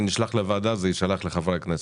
זה נשלח לוועדה, זה יופץ לחברי הכנסת.